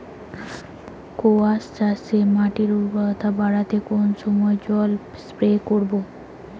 কোয়াস চাষে মাটির উর্বরতা বাড়াতে কোন সময় জল স্প্রে করব?